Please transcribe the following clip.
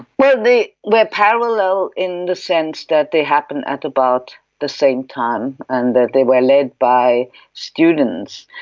well, they were parallel in the sense that they happened at about the same time and that they were led by students.